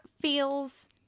feels